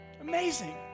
Amazing